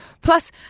Plus